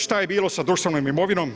Šta je bilo sa društvenom imovinom?